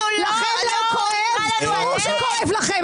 ברור שכואב לכם.